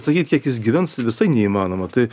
sakyt kiek jis gyvenstai visai neįmanoma tai